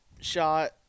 shot